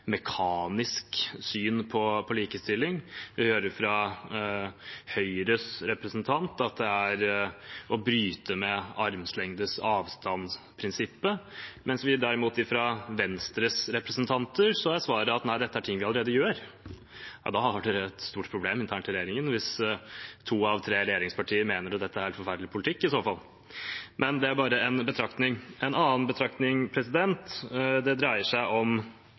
mekanisk syn på likestilling. Vi hører fra Høyres representant at det er å bryte med armlengdes avstand-prinsippet, mens svaret fra Venstres representanter derimot er at dette er ting de allerede gjør. Hvis to av tre regjeringspartier mener at dette er en helt forferdelig politikk, har de et stort problem internt i regjeringen – men det er bare en betraktning. En annen betraktning dreier seg om